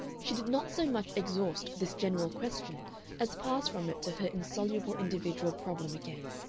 she did not so much exhaust this general question as pass from it to her insoluble individual problem again